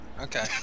okay